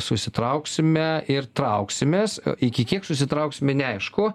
susitrauksime ir trauksimės iki kiek susitrauksime neaišku